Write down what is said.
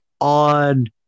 on